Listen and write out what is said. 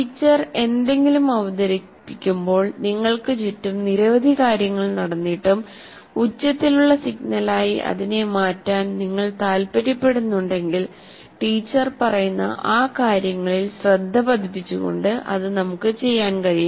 teacher എന്തെങ്കിലും അവതരിപ്പിക്കുമ്പോൾ നിങ്ങൾക്ക് ചുറ്റും നിരവധി കാര്യങ്ങൾ നടന്നിട്ടും ഉച്ചത്തിലുള്ള സിഗ്നലായി അതിനെ മാറ്റാൻ നിങ്ങൾ താൽപ്പര്യപ്പെടുന്നുണ്ടെങ്കിൽ ടീച്ചർ പറയുന്ന ആ കാര്യങ്ങളിൽ ശ്രദ്ധ പതിപ്പിച്ചുകൊണ്ട് അത് നമുക്ക് ചെയ്യാൻ കഴിയും